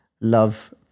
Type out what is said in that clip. Love